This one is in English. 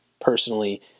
personally